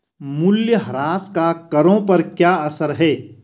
मूल्यह्रास का करों पर क्या असर है?